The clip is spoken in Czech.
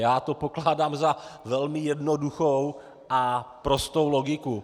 Já to pokládám za velmi jednoduchou a prostou logiku.